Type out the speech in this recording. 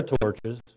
torches